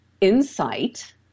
insight